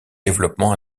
développement